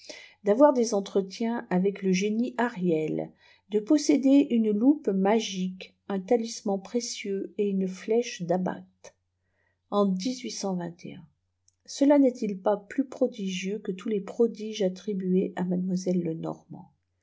d'avoir des entretiens avec le génie ariel de posséder une loupe magique un talisman précieux et une flèche d'abacts en cela n'est-il pas plus prodigieux que tous les prodiges attribués à